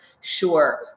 Sure